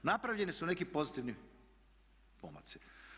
Napravljeni su neki pozitivni pomaci.